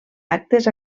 actes